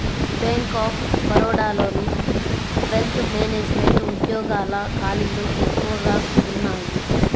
bank of బరోడాలోని wealth management ఉద్యోగాల ఖాళీలు ఎక్కువగా ఉన్నయ్యి